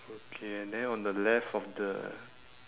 okay and then on the left of the